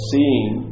Seeing